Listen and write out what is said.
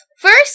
First